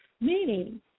meaning